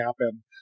happen